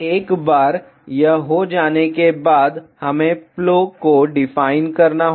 एक बार यह हो जाने के बाद हमें प्लो को डिफाइन करना होगा